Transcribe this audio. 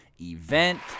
event